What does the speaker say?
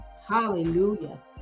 Hallelujah